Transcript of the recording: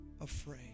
afraid